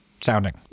sounding